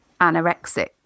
anorexic